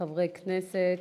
חברי הכנסת,